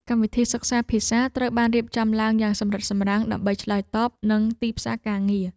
កម្មវិធីសិក្សាភាសាត្រូវបានរៀបចំឡើងយ៉ាងសម្រិតសម្រាំងដើម្បីឆ្លើយតបនឹងទីផ្សារការងារ។